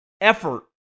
effort